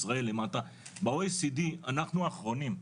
ב־OECD אנחנו אחרונים,